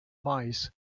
mice